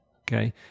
okay